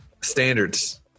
standards